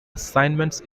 assignments